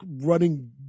running